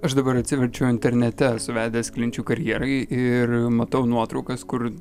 aš dabar atsiverčiau internete suvedęs klinčių karjerai ir matau nuotraukas kur